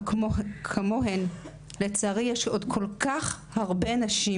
כמוהן לצערי יש עוד כל כך הרבה נשים